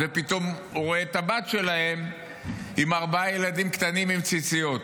ופתאום הוא רואה את הבת שלהם עם ארבעה ילדים קטנים עם ציציות.